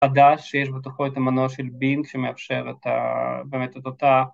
עדה שיש בתוכו את המנוע של בין שמאפשר באמת את אותה.